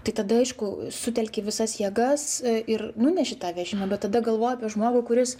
tai tada aišku sutelki visas jėgas ir nuneši tą vežimą bet tada galvoji apie žmogų kuris